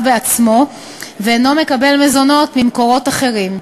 בעצמו ואינו מקבל מזונות ממקורות אחרים,